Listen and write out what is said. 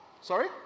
Sorry